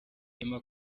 emma